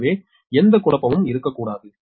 எனவே எந்த குழப்பமும் இருக்கக்கூடாது